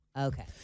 Okay